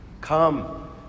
Come